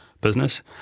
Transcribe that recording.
business